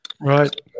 Right